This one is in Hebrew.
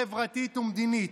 חברתית ומדינית.